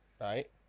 right